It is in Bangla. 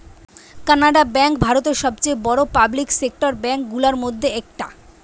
কানাড়া বেঙ্ক ভারতের সবচেয়ে বড়ো পাবলিক সেক্টর ব্যাঙ্ক গুলোর মধ্যে একটা